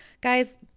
guys